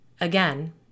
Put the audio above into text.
Again